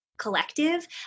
Collective